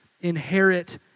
inherit